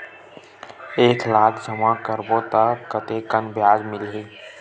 एक लाख जमा करबो त कतेकन ब्याज मिलही?